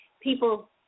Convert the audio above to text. People